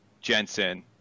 Jensen